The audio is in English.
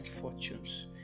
fortunes